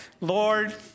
Lord